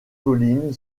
colline